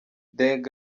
deng